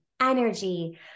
energy